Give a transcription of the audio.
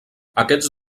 aquests